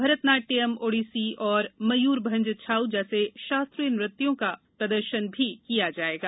भरतनाट्यम ओडिसी और मयूरभंज छाऊ जैसे शास्त्रीय नृत्यों का ओजपूर्ण प्रदर्शन भी किया जाएगा